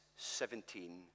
17